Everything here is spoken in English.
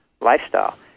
lifestyle